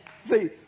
See